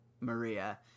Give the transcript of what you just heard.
Maria